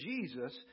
Jesus